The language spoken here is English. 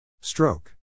Stroke